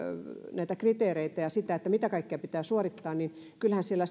kriteereihin ja siihen mitä kaikkea pitää suorittaa niin kyllähän siellä